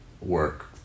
work